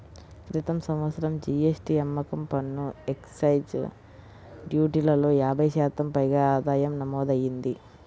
క్రితం సంవత్సరం జీ.ఎస్.టీ, అమ్మకం పన్ను, ఎక్సైజ్ డ్యూటీలలో యాభై శాతం పైగా ఆదాయం నమోదయ్యింది